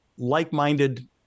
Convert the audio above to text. Like-minded